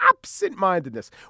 Absent-mindedness